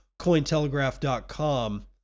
Cointelegraph.com